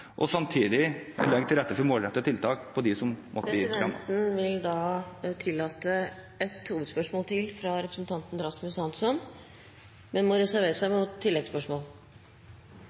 og samtidig legge til rette for målrettede tiltak for dem som da måtte … Presidenten vil tillate ett hovedspørsmål til, fra representanten Rasmus Hansson, men må reservere seg mot